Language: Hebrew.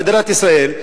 במדינת ישראל,